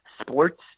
sports